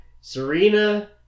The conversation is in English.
Serena